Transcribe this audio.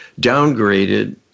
downgraded